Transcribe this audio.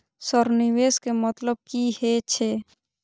Sir निवेश के मतलब की हे छे?